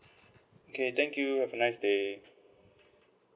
okay thank you have a nice day